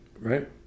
Right